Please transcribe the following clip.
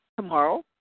tomorrow